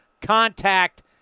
contact